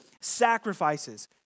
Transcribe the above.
sacrifices